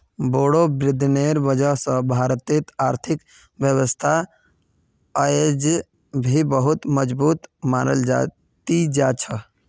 बोड़ो विद्वानेर वजह स भारतेर आर्थिक व्यवस्था अयेज भी बहुत मजबूत मनाल जा ती जा छ